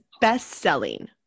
best-selling